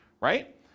Right